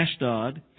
Ashdod